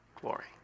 glory